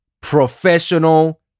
professional